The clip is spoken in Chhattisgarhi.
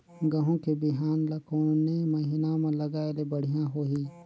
गहूं के बिहान ल कोने महीना म लगाय ले बढ़िया होही?